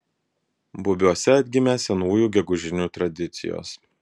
bubiuose atgimė senųjų gegužinių tradicijos